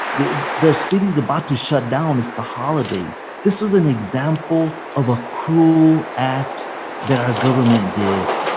the the city is about to shut down. it's the holidays. this was an example of a cruel act that our government did.